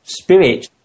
spirit